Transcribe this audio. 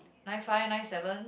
nine five nine seven